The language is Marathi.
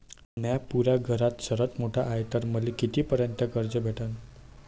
म्या पुऱ्या घरात सर्वांत मोठा हाय तर मले किती पर्यंत कर्ज भेटन?